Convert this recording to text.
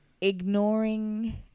ignoring